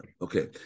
Okay